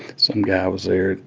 some guy was there,